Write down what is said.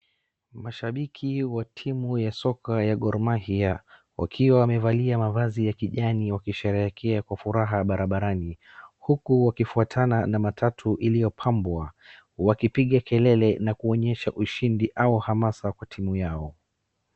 Mashambiki wa timu ya soka ya Goh Mahia wakiwa wamevalia mavazi ya kijani wakisherehekea kwa furaha barabarani uku wakifuatana na matatu iliyopambwa wakipiga kelele na kuonyesha ushidi au hamasa kwa timu yao.